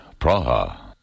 Praha